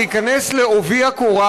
להיכנס בעובי הקורה,